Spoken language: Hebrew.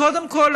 קודם כול,